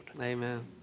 Amen